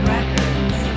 Records